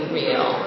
real